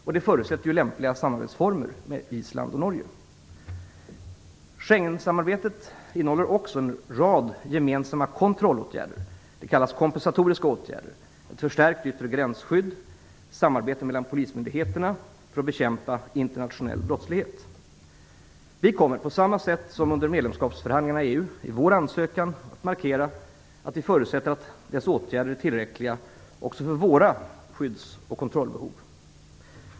Detta förutsätter lämpliga samarbetsformer med Island och Schengensamarbetet innehåller också en rad gemensamma kontrollåtgärder, s.k. kompensatoriska åtgärder, bl.a. ett förstärkt yttre gränsskydd och samarbete mellan polismyndigheterna för att bekämpa internationell brottslighet. Vi kommer, på samma sätt som under medlemskapsförhandlingarna i EU, i vår ansökan att markera att vi förutsätter att dessa åtgärder är tillräckliga också för våra skydds och kontrollbehov.